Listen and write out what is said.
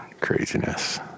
craziness